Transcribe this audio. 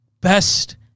best